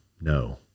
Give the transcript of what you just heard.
no